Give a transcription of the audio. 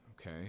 okay